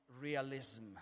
realism